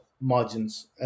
margins